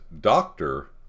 doctor